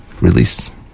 release